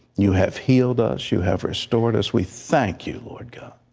you have healed us. you have restored us. we thank you, lord god.